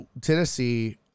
Tennessee